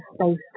space